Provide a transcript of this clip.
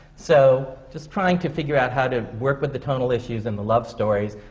so just trying to figure out how to work with the tonal issues and the love stories,